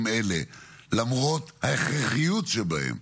רבותיי חברי הכנסת,